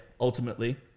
ultimately